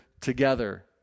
together